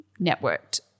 networked